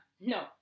No